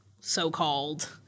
so-called